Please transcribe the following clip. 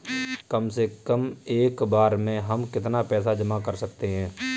कम से कम एक बार में हम कितना पैसा जमा कर सकते हैं?